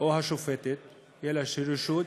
או שהשופטת תהיה רשות